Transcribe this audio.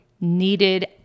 needed